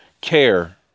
care